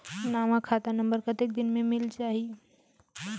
नवा खाता नंबर कतेक दिन मे मिल जाही?